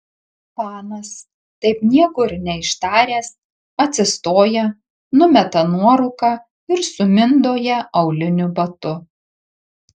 panas taip nieko ir neištaręs atsistoja numeta nuorūką ir sumindo ją auliniu batu